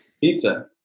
Pizza